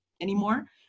anymore